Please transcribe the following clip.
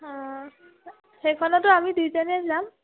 অঁ সেইখনতো আমি দুইজনীয়ে যাম